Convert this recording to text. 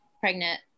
pregnant